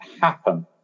happen